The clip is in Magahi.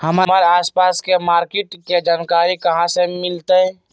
हमर आसपास के मार्किट के जानकारी हमरा कहाँ से मिताई?